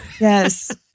Yes